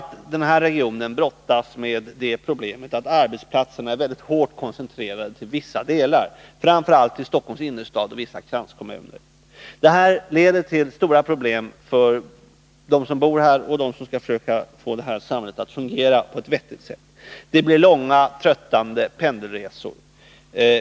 Vi vet att regionen brottas med det problem som ligger i att arbetsplatserna är mycket hårt koncentrerade till vissa delar, framför allt till Stockholms innerstad och vissa kranskommuner. Detta innebär stora svårigheter för dem som bor där och för dem som skall försöka få samhället att fungera på ett vettigt sätt. Det blir långa tröttande pendelresor.